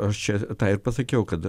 aš čia tą ir pasakiau kad